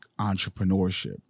entrepreneurship